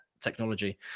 technology